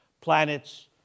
Planets